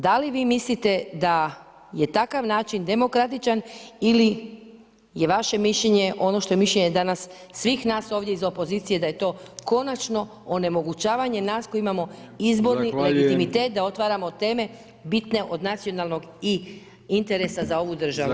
Da li vi mislite da je takav način demokratičan ili je vaše mišljenje ono što je mišljenje danas svih nas ovdje iz opozicije da je to konačno onemogućavanje nas koji imamo izborni legitimitet da [[Upadica Brkić: Zahvaljujem.]] otvaramo teme bitne od nacionalnog interesa za ovu državu.